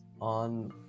on